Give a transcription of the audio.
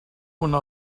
una